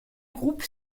groupe